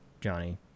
Johnny